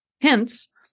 Hence